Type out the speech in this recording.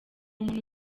umuntu